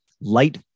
light